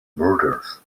murders